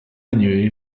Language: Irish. inniu